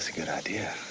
good idea.